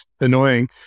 annoying